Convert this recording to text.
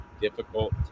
difficult